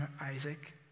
Isaac